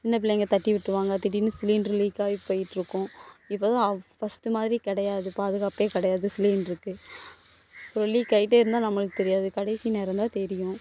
சின்னப்பிள்ளைங்கள் தட்டி விட்டுருவாங்க திடீர்னு சிலிண்ட்ரு லீக்காயி போயிட்டுருக்கும் இப்போ வந்து ஃபர்ஸ்ட்டு மாதிரி கிடையாது பாதுகாப்பே கிடையாது சிலிண்ட்ருக்கு இப்போ லீக் ஆயிட்டே இருந்தால் நம்மளுக்கு தெரியாது கடைசி நேரம் தான் தெரியும்